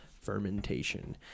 fermentation